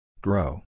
Grow